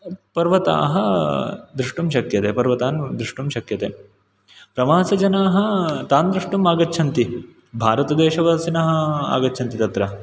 पर्वताः द्रष्टुं शक्यते पर्वतान् द्रष्टुं शक्यते प्रवासजनाः तान् द्रष्टुम् आगच्छन्ति भारतदेशवासिनः आगच्छन्ति तत्र